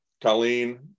colleen